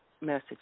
message